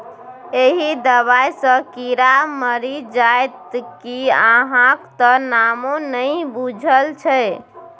एहि दबाई सँ कीड़ा मरि जाइत कि अहाँक त नामो नहि बुझल छै